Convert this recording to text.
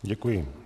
Děkuji.